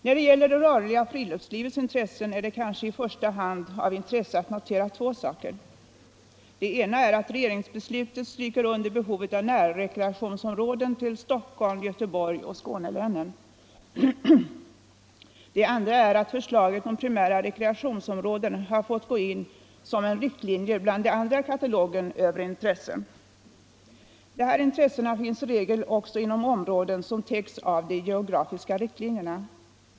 När det gäller det rörliga friluftslivets behov är det kanske i första hand av intresse att notera två saker. Den ena är att regeringsbesluten stryker under behovet av närrekreationsområden till Stockholm och Göteborg samt i Skånelänen. Den andra är att förslaget om primära rekreationsområden har fått gå in som en riktlinje bland andra i katalogen över intressen. De här intressena finns i regel också inom områden som täcks av de geografiska riktlinjerna.